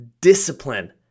discipline